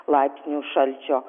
laipsnių šalčio